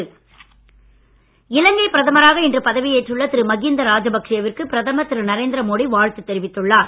மோடி வாழ்த்து இலங்கை பிரதமராக இன்று பதவியேற்றுள்ள திரு மகீந்த ராஜபக்சேவிற்கு பிரதமர் திரு நரேந்திர மோடி வாழ்த்து தெரிவித்துள்ளார்